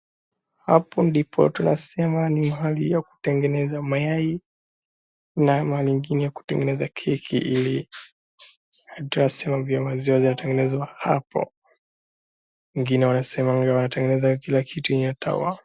Hapo ndipo tunasema ni mahali ya kutengeneza mayai na mahali ingine kutengeneza keki ili vitu zote za maziwa zinatengenezwa hapo wengine wanasema wanatengenezanga kila kitu.